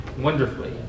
wonderfully